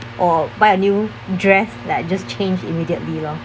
or buy a new dress like just change immediately lor